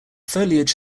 foliage